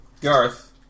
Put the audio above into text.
Garth